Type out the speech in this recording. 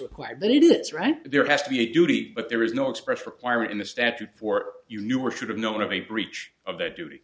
required but it is right there has to be a duty but there is no express requirement in the statute for you knew or should have known of a breach of their duty